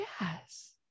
yes